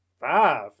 five